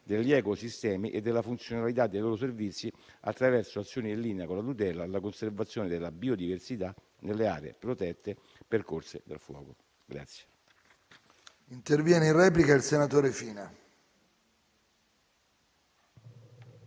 degli ecosistemi e della funzionalità dei loro servizi attraverso azioni in linea con la tutela e la conservazione della biodiversità nelle aree protette percorse dal fuoco.